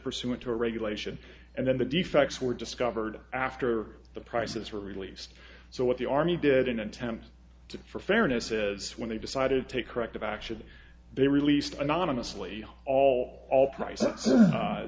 pursuant to a regulation and then the defects were discovered after the prices were released so what the army did in attempts to for fairness says when they decided to take corrective action they released anonymously all all price